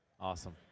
Awesome